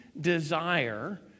desire